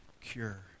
cure